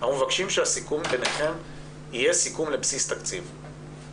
אנחנו מבקשים שהסיכום ביניכם יהיה סיכום לבסיס תקציב.